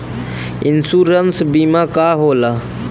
Insurance बीमा का होला?